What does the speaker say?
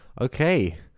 Okay